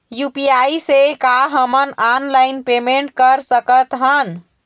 UPI से का हमन ऑनलाइन पेमेंट कर सकत हन?